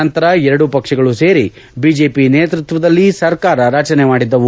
ನಂತರ ಎರಡೂ ಪಕ್ಷಗಳು ಸೇರಿ ಬಿಜೆಪಿ ನೇತೃತ್ವದಲ್ಲಿ ಸರ್ಕಾರ ರಚನೆ ಮಾಡಿದ್ದವು